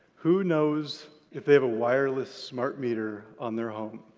who knows if they have a wireless smart meter on their home?